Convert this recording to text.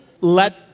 let